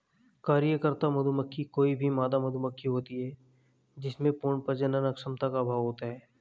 कार्यकर्ता मधुमक्खी कोई भी मादा मधुमक्खी होती है जिसमें पूर्ण प्रजनन क्षमता का अभाव होता है